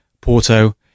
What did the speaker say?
Porto